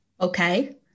Okay